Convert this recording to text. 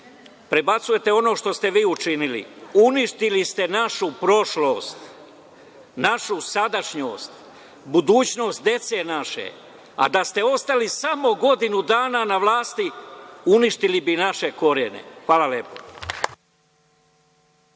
Prebacujete ono što ste vi učinili. Uništili ste našu prošlost, našu sadašnjost, budućnost dece naše. Da ste ostali samo godinu dana na vlasti, uništili bi i naše korenje. Hvala lepo.